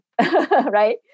right